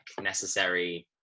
necessary